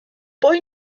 boy